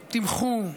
תמחו,